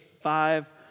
five